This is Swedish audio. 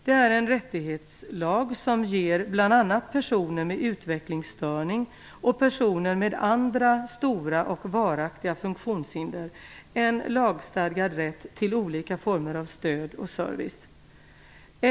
Det är en rättighetslag som ger bl.a. personer med utvecklingsstörning och personer med andra stora och varaktiga funktionshinder en lagstadgad rätt till olika former av stöd och service.